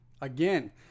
again